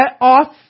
off